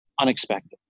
unexpected